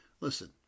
Listen